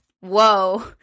whoa